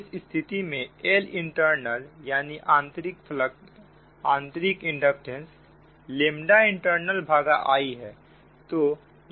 इस स्थिति में Lintint भागा I है